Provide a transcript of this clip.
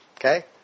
Okay